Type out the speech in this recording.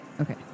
Okay